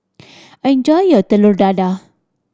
enjoy your Telur Dadah